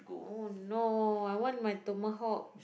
oh no I want my Tomahawk